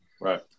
Right